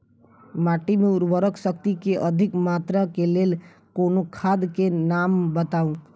माटि मे उर्वरक शक्ति केँ अधिक मात्रा केँ लेल कोनो खाद केँ नाम बताऊ?